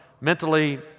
mentally